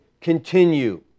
Continue